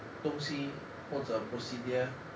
东西或者 procedure